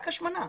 רק השמנה.